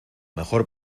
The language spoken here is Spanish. mejor